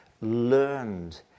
learned